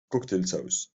cocktailsaus